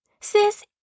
Sis